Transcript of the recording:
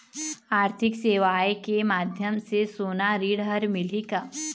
आरथिक सेवाएँ के माध्यम से सोना ऋण हर मिलही का?